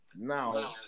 now